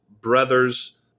brothers